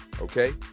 okay